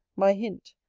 my hint,